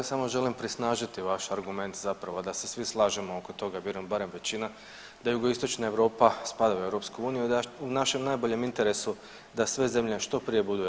Samo želim prisnažiti vaš argument zapravo da se svi slažemo oko toga, vjerujem barem većina da jugoistočna Europa spada u EU, da je u našem najboljem interesu da sve zemlje što prije budu u EU.